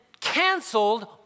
canceled